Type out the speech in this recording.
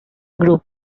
group